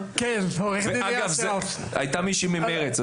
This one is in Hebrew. ואגב, זו הייתה מישהי ממרצ.